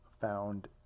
Found